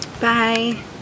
Bye